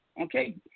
Okay